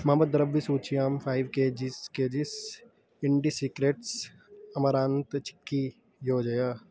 मम द्रव्यसूच्यां फ़ैव् के जि स् के जि स् इण्डिसिक्रेट्स् अमरान्त् चिक्की योजय